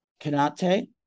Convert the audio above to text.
Canate